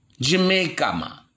Jamaica